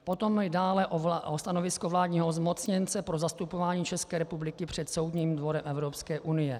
Potom jde dále o stanovisko vládního zmocněnce pro zastupování České republiky před Soudním dvorem Evropské unie.